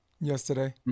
yesterday